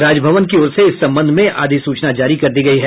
राजभवन की ओर से इस संबंध में अधिसूचना जारी कर दी गयी है